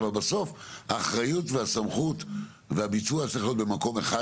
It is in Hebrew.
אבל בסוף האחריות והסמכות והביצוע צריך להיות במקום אחד,